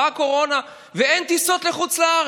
באה הקורונה ואין טיסות לחוץ לארץ.